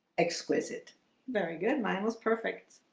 exquisite very good. mine was perfect.